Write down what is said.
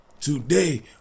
Today